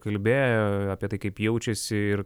kalbėjo apie tai kaip jaučiasi ir